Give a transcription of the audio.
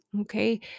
Okay